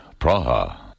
Praha